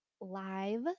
live